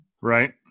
Right